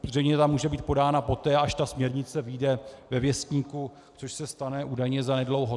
Zřejmě tam může být podána poté, až směrnice vyjde ve věstníku, což se stane údajně zanedlouho.